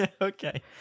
Okay